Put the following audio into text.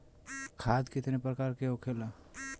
खाद कितने प्रकार के होखेला?